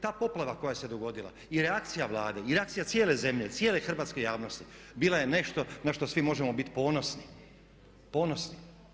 Ta poplava koja se dogodila i reakcija Vlade i reakcija cijele zemlje, cijele hrvatske javnosti bila je nešto na što svi možemo biti ponosni.